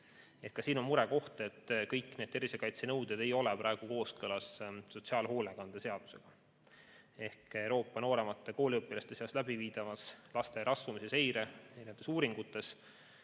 Ka siin on murekoht, et kõik tervisekaitsenõuded ei ole praegu kooskõlas sotsiaalhoolekande seadusega. Euroopa nooremate kooliõpilaste seas viiakse läbi laste rasvumise seireuuringuid,